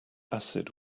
acid